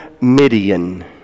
Midian